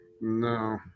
No